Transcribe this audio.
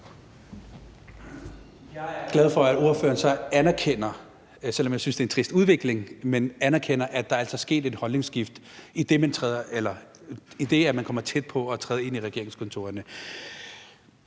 Jeg er glad for, at ordføreren så anerkender – selv om jeg synes, at det er en trist udvikling – at der altså er sket et holdningsskift, idet man kommer tæt på at træde ind i regeringskontorerne.